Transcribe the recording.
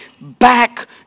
back